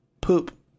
poop